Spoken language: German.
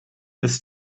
ist